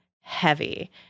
heavy